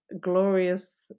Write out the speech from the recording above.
glorious